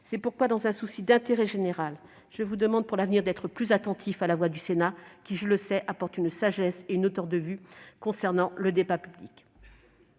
C'est pourquoi, dans un souci d'intérêt général, je vous demande, pour l'avenir, d'être plus attentifs à la voix du Sénat, qui, je le sais, apporte sagesse et hauteur de vue dans le débat public.